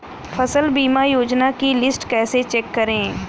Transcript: फसल बीमा योजना की लिस्ट कैसे चेक करें?